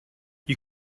you